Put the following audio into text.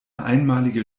einmalige